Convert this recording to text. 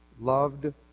loved